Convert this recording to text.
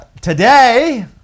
today